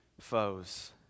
foes